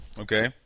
Okay